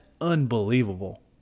unbelievable